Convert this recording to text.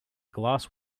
glass